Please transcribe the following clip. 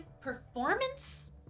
performance